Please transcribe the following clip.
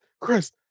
Chris